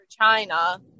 china